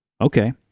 Okay